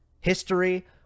history